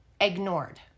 ignored